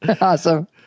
awesome